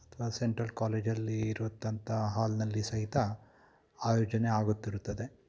ಅಥವಾ ಸೆಂಟ್ರಲ್ ಕಾಲೇಜಲ್ಲಿ ಇರುವತ್ತಂತ ಹಾಲ್ನಲ್ಲಿ ಸಹಿತ ಆಯೋಜನೆ ಆಗುತ್ತಿರುತ್ತದೆ